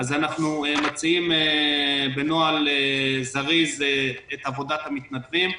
אז אנחנו מציעים בנוהל זריז את עבודת המתנדבים,